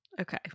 Okay